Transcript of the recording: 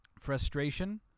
frustration